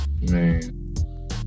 Man